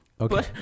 Okay